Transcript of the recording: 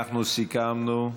אנחנו סיכמנו.